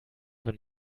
wenn